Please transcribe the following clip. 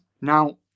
Now